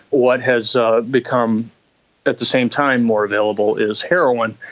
what has ah become at the same time more available is heroin,